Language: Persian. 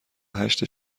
هشت